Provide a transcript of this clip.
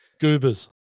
goobers